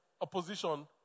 opposition